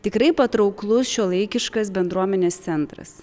tikrai patrauklus šiuolaikiškas bendruomenės centras